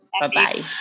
Bye-bye